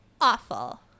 awful